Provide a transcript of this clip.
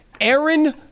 Aaron